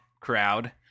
crowd